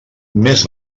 més